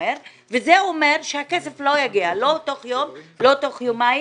וזה אומר שהכסף לא יגיע לא תוך יום ולא תוך יומיים,